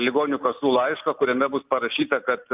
ligonių kasų laišką kuriame bus parašyta kad